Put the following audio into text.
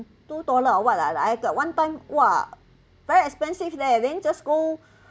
two dollar or what lah like I got one time !wah! very expensive leh then just go